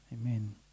amen